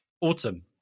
autumn